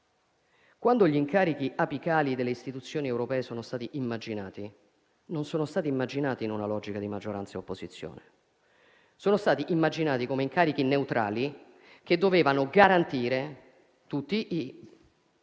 Quando gli incarichi apicali delle istituzioni europee sono stati immaginati, non sono stati immaginati in una logica di maggioranza e opposizione. Sono stati immaginati come incarichi neutrali, che dovevano garantire tutti gli